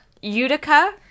Utica